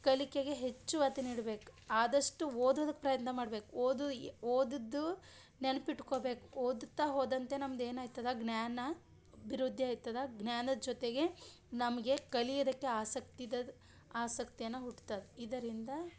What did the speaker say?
ಕಲಿಕೆಗೆ ಹೆಚ್ಚು ಒತ್ತು ನೀಡ್ಬೇಕು ಆದಷ್ಟು ಓದೋದಕ್ಕೆ ಪ್ರಯತ್ನ ಮಾಡ್ಬೇಕು ಓದು ಓದಿದ್ದು ನೆನ್ಪಿಟ್ಕೊಬೇಕು ಓದುತ್ತಾ ಹೋದಂತೆ ನಮ್ದು ಏನು ಐತದ ಜ್ಞಾನ ಅಭಿವೃದ್ಧಿ ಐತದ ಜ್ಞಾನದ ಜೊತೆಗೆ ನಮಗೆ ಕಲಿಯೋದಕ್ಕೆ ಆಸಕ್ತಿದದು ಆಸಕ್ತಿಯನ್ನು ಹುಟ್ಟತದ ಇದರಿಂದ